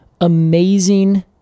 amazing